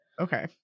Okay